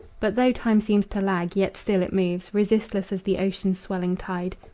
but though time seems to lag, yet still it moves, resistless as the ocean's swelling tide,